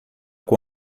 com